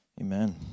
amen